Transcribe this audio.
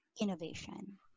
innovation